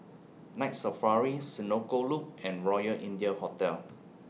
Night Safari Senoko Loop and Royal India Hotel